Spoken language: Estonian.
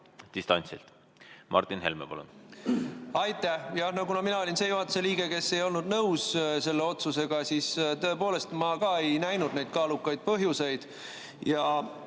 Martin Helme, palun! Aitäh! No mina olin see juhatuse liige, kes ei olnud nõus selle otsusega, sest tõepoolest ma ei näinud neid kaalukaid põhjuseid. Ja